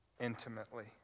intimately